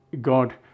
god